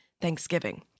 Thanksgiving